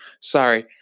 sorry